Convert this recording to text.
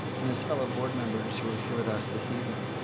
and his fellow board members who are here with us this evening.